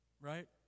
right